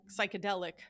psychedelic